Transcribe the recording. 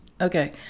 okay